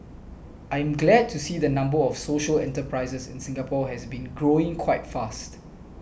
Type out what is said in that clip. I'm glad to see the number of social enterprises in Singapore has been growing quite fast